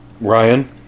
ryan